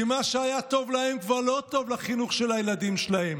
כי מה שהיה טוב להם כבר לא טוב לחינוך של הילדים שלהם.